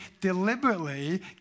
deliberately